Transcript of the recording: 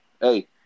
Hey